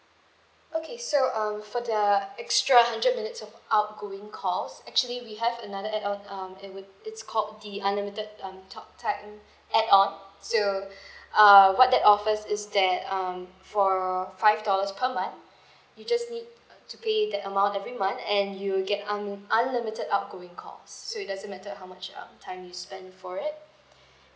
okay so um for the extra hundred minutes of outgoing calls actually we have another add on um it would it's called the unlimited um talk time add on so uh what that offers is that um for five dollars per month you just need to pay that amount every month and you will get un~ unlimited outgoing calls so it doesn't matter how much um time you spend for it